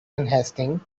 unhasting